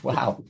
Wow